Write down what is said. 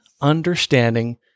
understanding